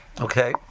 Okay